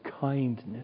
kindness